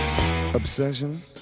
Obsession